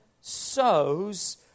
sows